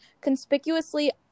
conspicuously